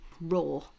raw